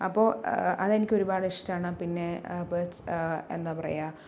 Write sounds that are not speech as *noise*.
അപ്പോൾ അതെനിക്ക് ഒരുപാട് ഇഷ്ടമാണ് പിന്നെ *unintelligible* എന്താ പറയുക